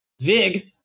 Vig